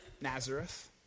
Nazareth